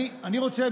אני רוצה,